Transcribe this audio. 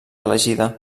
elegida